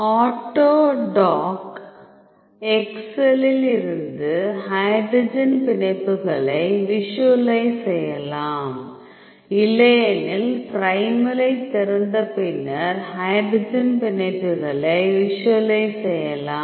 AutoDock எக்செல்லில் இருந்து hydrogen பிணைப்புகளைக் விஷுவலைஸ் செய்யலாம் இல்லையெனில் ப்ரைமலைத் திறந்த பின்னர் ஹைட்ரஜன் பிணைப்புகளைக் விஷுவலைஸ் செய்யலாம்